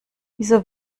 wieso